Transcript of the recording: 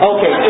Okay